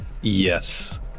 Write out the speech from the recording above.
Yes